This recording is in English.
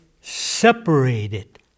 separated